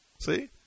See